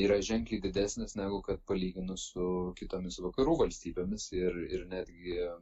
yra ženkliai didesnis negu kad palyginus su kitomis vakarų valstybėmis ir ir netgi